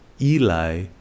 Eli